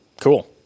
Cool